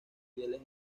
fieles